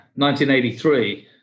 1983